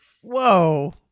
whoa